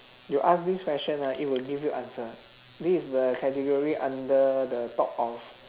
you ask this question right it will give you answer this is the category under the thought of